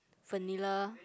vanilla